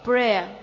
Prayer